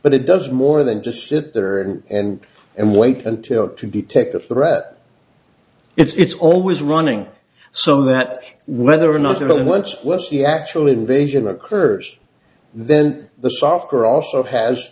but it does more than just sit there and and and wait until to detect a threat it's always running so that whether or not you know what's worse the actual invasion occurs then the soccer also has